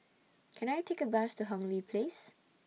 Can I Take A Bus to Hong Lee Place